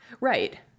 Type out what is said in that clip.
Right